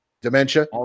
dementia